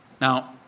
Now